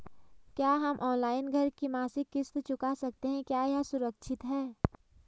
क्या हम ऑनलाइन घर की मासिक किश्त चुका सकते हैं क्या यह सुरक्षित है?